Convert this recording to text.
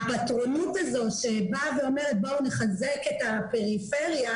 הפטרונות הזאת שבאה ואומרת בואו נחזק את הפריפריה